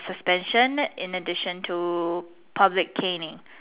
suspension in addition to public caning